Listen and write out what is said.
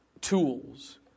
tools